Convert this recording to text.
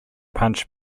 punch